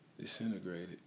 disintegrated